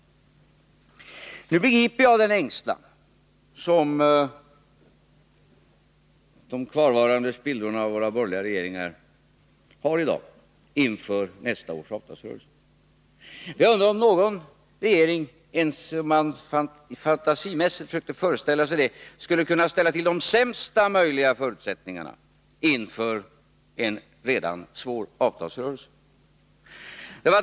Nu begriper jag den ängslan som de kvarvarande spillrorna av våra borgerliga regeringar har i dag inför nästa års avtalsrörelse. Jag undrar om någon regering, ens om man fantasimässigt försökte föreställa sig det, skulle kunna ställa till de sämsta möjliga förutsättningarna inför en redan svår avtalsrörelse.